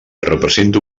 representa